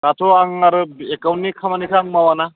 दाथ' आं आरो एकाउन्टनि खामानिखौ आं मावाना